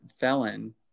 felon